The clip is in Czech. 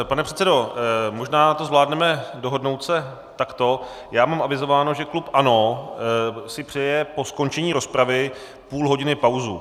Pane předsedo, možná to zvládneme dohodnout se takto: Já mám avizováno, že klub ANO si přeje po skončení rozpravy půl hodiny pauzu.